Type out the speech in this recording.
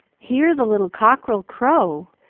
hear the little cockerel crow!